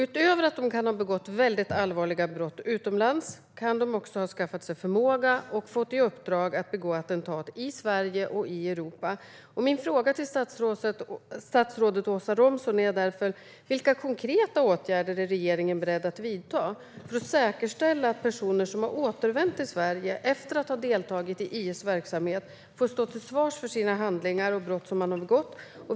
Utöver att de kan ha begått allvarliga brott utomlands kan de också ha skaffat sig förmåga och fått i uppdrag att begå attentat i Sverige och i Europa. Jag frågar därför statsrådet Åsa Romson: Vilka konkreta åtgärder är regeringen beredd att vidta för att säkerställa att personer som har återvänt till Sverige efter att ha deltagit i IS verksamhet får stå till svars för sina handlingar och brott som de har begått?